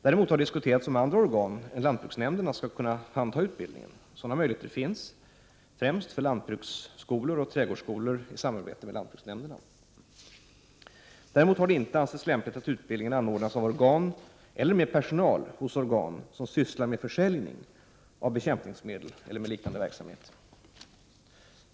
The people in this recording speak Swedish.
Däremot har diskuterats om andra organ än lantbruksnämnderna skall kunna handha utbildningen. Sådana möjligheter finns, främst för lantbruksoch trädgårdsskolor i samarbete med lantbruksnämnderna. Däremot har det inte ansetts lämpligt att utbildningen anordnas av organ eller med personal hos organ som sysslar med försäljning av bekämpningsmedel eller med liknande verksamhet.